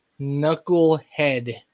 knucklehead